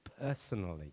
personally